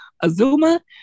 Azuma